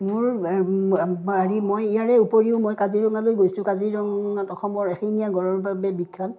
মোৰ হেৰি মই ইয়াৰে উপৰিও মই কাজিৰঙালৈ গৈছোঁ কাজিৰঙাত অসমৰ এশিঙীয়া গড়ৰ বাবে বিখ্যাত